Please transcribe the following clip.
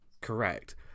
correct